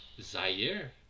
Zaire